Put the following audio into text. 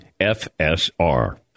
FSR